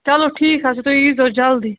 چلو ٹھیٖک حظ چھُ تُہۍ ییٖزیٚو جلدی